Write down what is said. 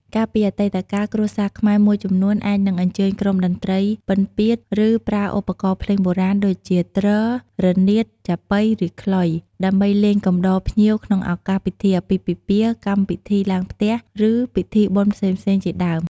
កាលពីអតីតកាល គ្រួសារខ្មែរមួយចំនួនអាចនឹងអញ្ជើញក្រុមតន្ត្រីពិណពាទ្រ ឬ ប្រើឧបករណ៍ភ្លេងបុរាណដូចជា ទ្រ រនាថ ចាបុី ឬ ខ្លុយ ដើម្បីលេងកំដរភ្ញៀវក្នុងឱកាស ពិធីអាពាហ៍ពិពាហ៍ កម្មវិធីឡើងផ្ទះ ឬពិធីបុណ្យផ្សេងៗជាដើម។